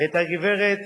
ואת הגברת